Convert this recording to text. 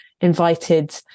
invited